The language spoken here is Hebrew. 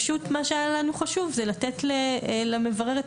פשוט מה שהיה לנו חשוב זה לתת למברר את